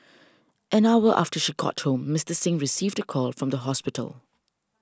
an hour after she got home Mister Singh received a call from the hospital